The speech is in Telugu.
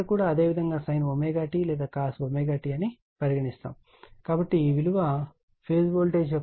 ఇక్కడ కూడా అదేవిధంగా sin ωt లేదా cos ωt అని పరిగణిస్తాము కాబట్టి ఈ విలువ ఫేజ్ వోల్టేజ్ యొక్క rms విలువ అవుతుంది